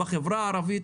בחברה הערבית